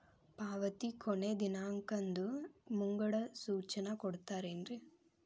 ಪಾವತಿ ಕೊನೆ ದಿನಾಂಕದ್ದು ಮುಂಗಡ ಸೂಚನಾ ಕೊಡ್ತೇರೇನು?